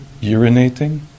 Urinating